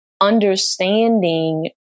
understanding